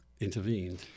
intervened